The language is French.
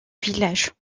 village